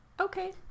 okay